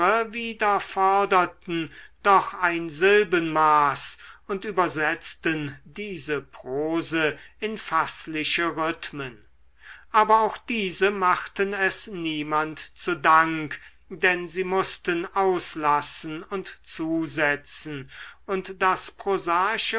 wieder forderten doch ein silbenmaß und übersetzten diese prose in faßliche rhythmen aber auch diese machten es niemand zu dank denn sie mußten auslassen und zusetzen und das